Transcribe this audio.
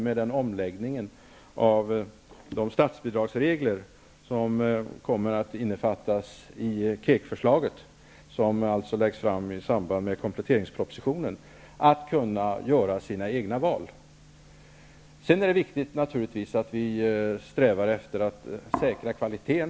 Med den omläggning av statsbidragsreglerna som kommer att ingå i KEK-förslaget, som läggs fram i samband med kompletteringspropositionen, får de större förutsättningar att göra sina egna val. Sedan är det naturligtvis viktigt att vi strävar efter att säkra kvaliteten.